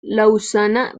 lausana